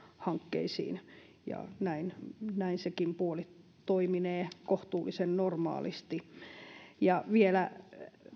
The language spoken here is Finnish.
hankkeisiin ja näin näin sekin puoli toiminee kohtuullisen normaalisti vielä